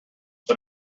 but